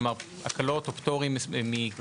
מדובר בהקלות או פטורים מהוראות